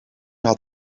had